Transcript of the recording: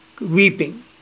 weeping